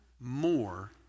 More